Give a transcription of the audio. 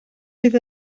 bydd